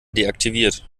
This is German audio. deaktiviert